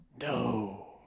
No